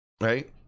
Right